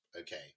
Okay